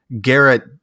Garrett